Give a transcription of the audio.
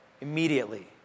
immediately